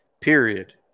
period